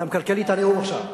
אתה מקלקל לי את הנאום עכשיו.